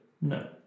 No